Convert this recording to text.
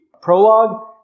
prologue